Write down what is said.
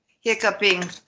Hiccuping